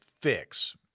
fix